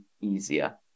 easier